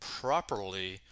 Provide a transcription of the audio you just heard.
properly